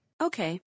Okay